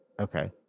Okay